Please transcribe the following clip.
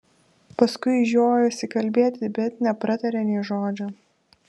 paskui žiojosi kalbėti bet nepratarė nė žodžio